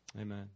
Amen